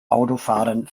autofahrern